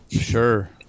Sure